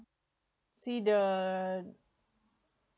see the